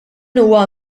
huwa